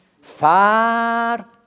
Far